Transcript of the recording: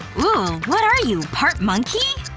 what are you, part monkey!